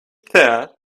there